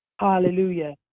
Hallelujah